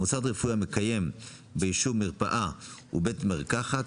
מוסד רפואי המקיים בישוב מרפאה ובית מרקחת,